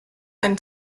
eine